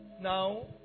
Now